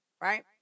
Right